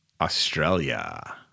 Australia